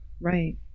Right